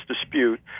dispute